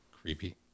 Creepy